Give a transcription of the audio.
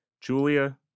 Julia